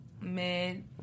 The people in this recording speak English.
mid